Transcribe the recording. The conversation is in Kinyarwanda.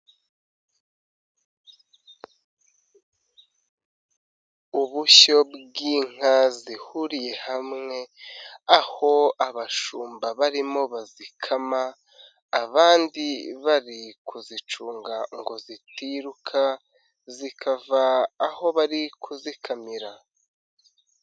Ubushyo bw'inka zihuriye hamwe aho abashumba barimo bazikama, abandi bari kuzicunga ngo zitiruka zikava aho bari kuzikamira.